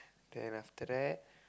then after that